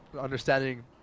Understanding